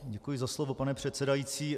Děkuji za slovo, pane předsedající.